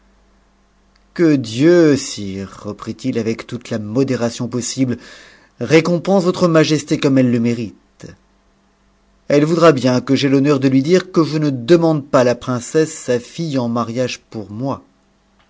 que dieu sire reprit-il avec toute la modération possible récompense votre majesté comme elle le mérite elle voudra bien que j'aie l'honneur de lui dire que je ne demande pas la princesse sa che en mariage pour moi